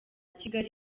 kigali